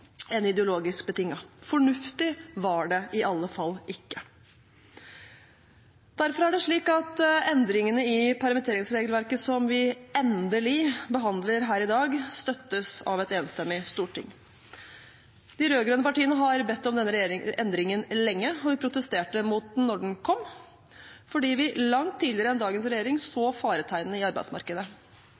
enn ideologisk betinget. Fornuftig var det i alle fall ikke. Derfor er det slik at endringene i permitteringsregelverket som vi endelig behandler her i dag, støttes av et enstemmig storting. De rød-grønne partiene har bedt om denne endringen lenge, og vi protesterte mot den da den kom, fordi vi langt tidligere enn dagens regjering så faretegnene i arbeidsmarkedet.